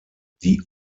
die